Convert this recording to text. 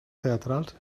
teatrals